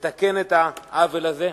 לתקן את העוול הזה,